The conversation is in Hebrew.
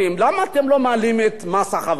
למה אתם לא מעלים את מס החברות